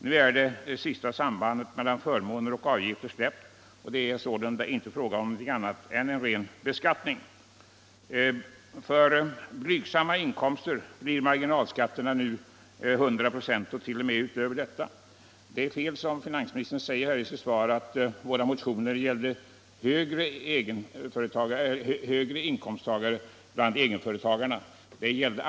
Nu är det sista sambandet mellan förmåner och avgifter släppt, och det är sålunda inte fråga om något Om skattebelastningen på egenfö annat än en ren beskattning. För blygsamma inkomster blir marginalskatterna nu 100 "» och t.o.m. över detta. Finansministerns sammankoppling i svaret av våra motioner med högre inkomsttagare bland egenföretagarna är felaktig.